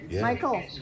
Michael